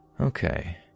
Okay